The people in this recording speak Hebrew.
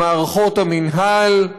במערכות המינהל,